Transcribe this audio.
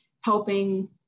helping